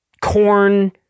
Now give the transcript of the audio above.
corn